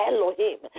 Elohim